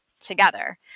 together